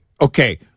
okay